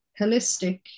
holistic